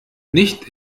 nicht